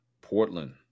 Portland